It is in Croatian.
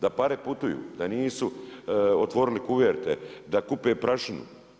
Da pare putuju, da nisu otvorili koverte, da kupe prašinu.